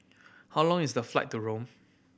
how long is the flight to Rome